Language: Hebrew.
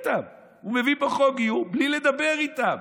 הוא מביא פה חוק גיור בלי לדבר איתם.